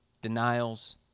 denials